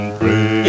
pray